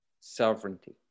sovereignty